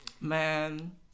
Man